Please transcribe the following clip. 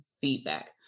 feedback